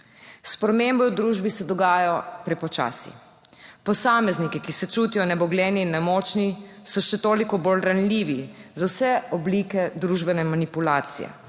Spremembe v družbi se dogajajo prepočasi. Posamezniki, ki se čutijo nebogljeni in nemočni, so še toliko bolj ranljivi za vse oblike družbene manipulacije,